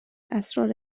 اسرار